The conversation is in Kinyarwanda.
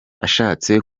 ashatse